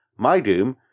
MyDoom